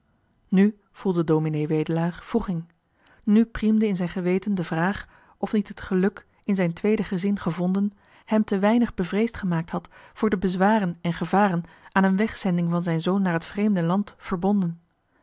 nu voelde ds wedelaar wroeging nu priemde in zijn geweten de vraag of niet het geluk in zijn tweede gezin gevonden hem te weinig bevreesd gemaakt had voor de bezwaren en gevaren aan een wegzending van zijn zoon naar het vreemde land verbonden